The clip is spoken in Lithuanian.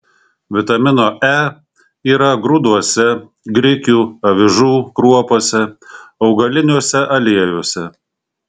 vitamino e yra grūduose grikių avižų kruopose augaliniuose aliejuose